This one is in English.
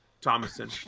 Thomason